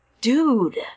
dude